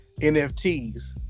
NFTs